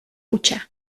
hutsa